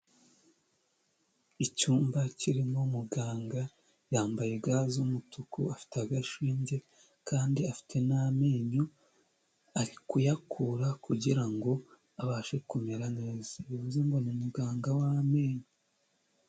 Icyumba kirimo muganga yambaye ga z'umutuku afite agashinge, kandi afite n'amenyo ari kuyakura kugirango abashe kumera neza bivuze ngo ni umuganga w'amenyo.